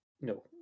no